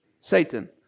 satan